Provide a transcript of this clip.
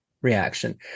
reaction